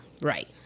Right